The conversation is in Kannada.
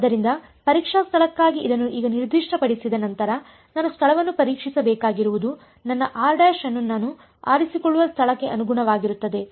ಆದ್ದರಿಂದ ಪರೀಕ್ಷಾ ಸ್ಥಳಕ್ಕಾಗಿ ಇದನ್ನು ಈಗ ನಿರ್ದಿಷ್ಟಪಡಿಸಿದ ನಂತರ ನಾನು ಸ್ಥಳವನ್ನು ಪರೀಕ್ಷಿಸಬೇಕಾಗಿರುವುದು ನನ್ನ ಅನ್ನು ನಾನು ಆರಿಸಿಕೊಳ್ಳುವ ಸ್ಥಳಕ್ಕೆ ಅನುಗುಣವಾಗಿರುತ್ತದೆ